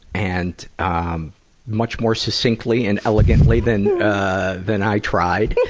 and um much more succinctly and elegantly than than i tried.